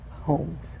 homes